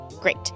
Great